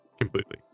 Completely